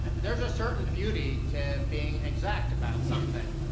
there's a certain beauty to being exact about something.